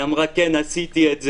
היא אמרה: כן, עשיתי את זה.